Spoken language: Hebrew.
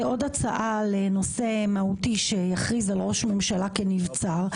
זה עוד הצעה לנושא מהותי שיכריז על ראש ממשלה כנבצר.